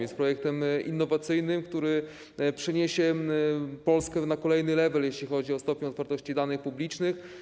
Jest projektem innowacyjnym, który przeniesie Polskę na kolejny level, jeśli chodzi o stopień otwartości danych publicznych.